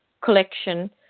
Collection